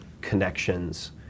connections